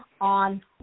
on